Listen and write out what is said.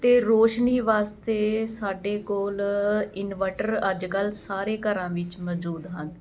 ਇਹ ਰੋਸ਼ਨੀ ਵਾਸਤੇ ਸਾਡੇ ਕੋਲ ਇਨਵਰਟਰ ਅੱਜ ਕੱਲ੍ਹ ਸਾਰੇ ਘਰਾਂ ਵਿੱਚ ਮੌਜੂਦ ਹਨ